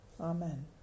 Amen